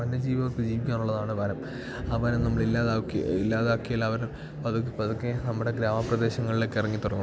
വന്യ ജീവികൾക്ക് ജീവിക്കാനുള്ളതാണ് വനം ആ വനം നമ്മൾ ഇല്ലാതാക്കി ഇല്ലാതാക്കി അവർ പതുക്കെ പതുക്കെ നമ്മുടെ ഗ്രാമപ്രദേശങ്ങളിലേക്ക് ഇറങ്ങി തുടങ്ങും